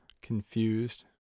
confused